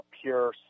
pure